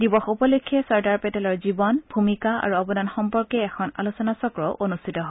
দিৱস উপলক্ষে চৰ্দাৰ পেটেলৰ জীৱন ভূমিকা আৰু অৱদান সম্পৰ্কে এখন আলোচনা চক্ৰও অনুষ্ঠিত হয়